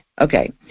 Okay